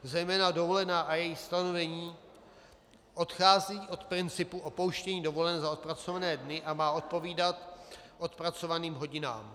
Zejména dovolená a její stanovení odchází od principu opouštění dovolené za odpracované dny a má odpovídat odpracovaným hodinám.